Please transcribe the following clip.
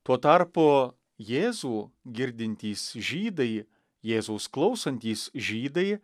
tuo tarpu jėzų girdintys žydai jėzaus klausantys žydai